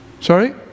sorry